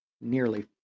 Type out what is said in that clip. nearly